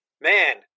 man